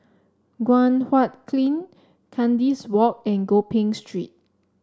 Guan Huat Kiln Kandis Walk and Gopeng Street